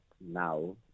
now